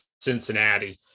Cincinnati